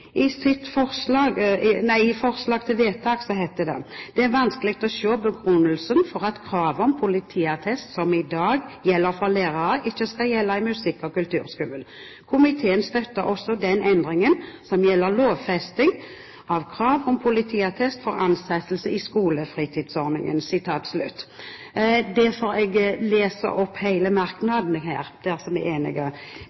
I en merknad fra komiteen heter det: «Det er vanskelig å se begrunnelsen for at kravet om politiattest som i dag gjelder for lærere, ikke skal gjelde i musikk- og kulturskolen. Komiteen støtter også den endringen som gjelder lovfesting av krav om politiattest for ansettelse i skolefritidsordningen.» Jeg leser opp hele merknaden – der vi er enige – fordi jeg